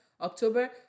october